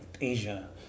Asia